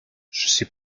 suis